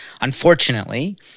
unfortunately